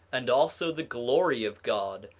and also the glory of god,